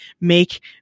make